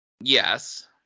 Yes